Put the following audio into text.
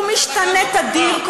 והוא משתנה תדיר,